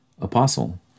apostle